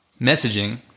messaging